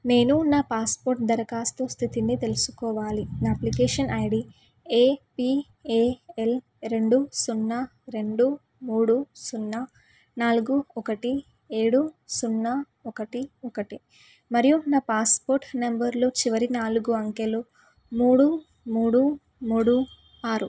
నేను నా పాస్పోర్ట్ దరఖాస్తు స్థితిని తెలుసుకోవాలి నా అప్లికేషన్ ఐడీ ఏపీఏఎల్ రెండు సున్నా రెండు మూడు సున్నా నాలుగు ఒకటి ఏడు సున్నా ఒకటి ఒకటి మరియు నా పాస్పోర్ట్ నంబర్లో చివరి నాలుగు అంకెలు మూడు మూడు మూడు ఆరు